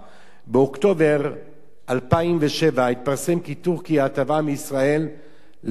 באוקטובר 2007 התפרסם כי טורקיה תבעה מישראל להפעיל